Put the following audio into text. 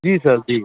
जी sir जी